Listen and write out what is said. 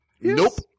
Nope